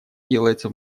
делается